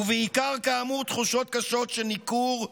ובעיקר כאמור תחושות קשות של ניכור ובדידות.